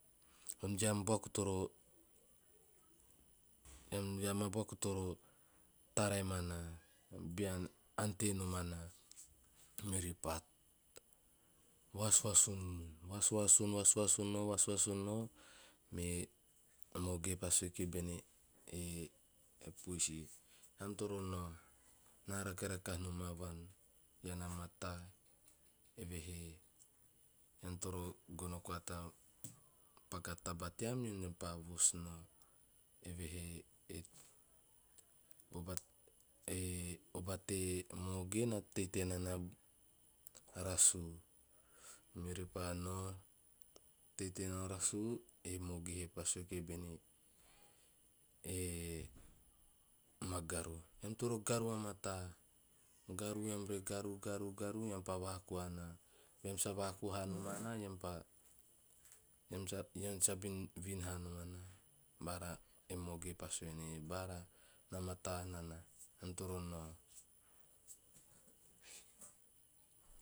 "Eam buaku toro, earm a buaku toro taraem anaa, bean ante nom anaa." Meori pa vasuasun- vasuasun nao, me oge pa sue ki bene, e puisi, "ean toro nao, na rake rakaha nom a vuan, ean a mataa eve he ean toro gono koa ta paka taba team ean repa vos nao." Eve he oba te, oba te moge na teitei nana rasu. Meori pa nao teitei nao rasu, e moge he pa sue ki bene e magaru, "ean toro garu vamataa. Garu ean re garu- garu eam repa vaku anaa. Beam sa vaku hanom anaa, eam, ean. Samin vin hanom anaa." Bara e moge pa sue voen eei, "baara na mataa nana, ean toro nao."